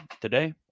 today